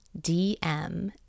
DM